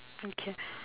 okay